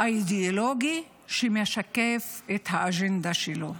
אידיאולוגי שמשקף את האג'נדה שלו.